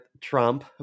trump